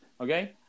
Okay